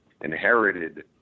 inherited